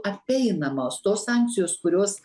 apeinamos tos sankcijos kurios